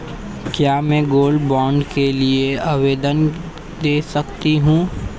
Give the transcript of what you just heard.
क्या मैं gold bond के लिए आवेदन दे सकती हूँ?